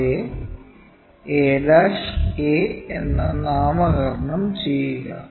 അവയെ a a എന്ന് നാമകരണം ചെയ്യുക